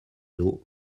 dos